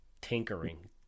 tinkering